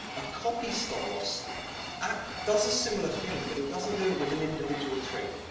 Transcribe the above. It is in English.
a copy stop-loss does a similar thing, but it doesn't do it with an individual trade.